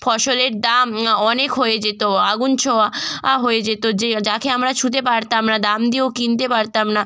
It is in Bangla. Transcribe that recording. ফসলের দাম অনেক হয়ে যেত আগুন ছোঁয়া হয়ে যেতো যে যাখে আমরা ছুঁতে পারতাম না দাম দিয়েও কিনতে পারতাম না